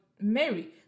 mary